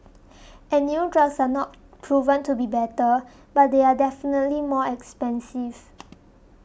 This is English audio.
and new drugs are not proven to be better but they are definitely more expensive